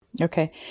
Okay